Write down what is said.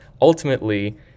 ultimately